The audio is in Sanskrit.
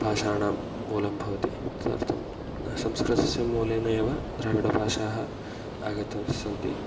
भाषाणां मूलं भवति तदर्थं संस्कृतस्य मूलेन एव द्राविडभाषाः आगतास्सन्ति